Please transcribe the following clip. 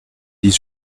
dix